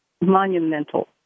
monumental